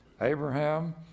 Abraham